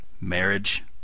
marriage